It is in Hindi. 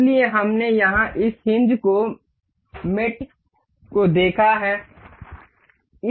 इसलिए हमने यहां इस हिन्ज मेट को देखा है